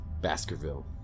Baskerville